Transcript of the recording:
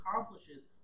accomplishes